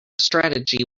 strategy